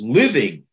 living